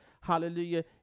hallelujah